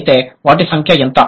అయితే వాటి సంఖ్య ఎంత